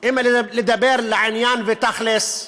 אם לדבר לעניין ותכל'ס,